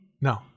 No